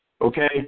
okay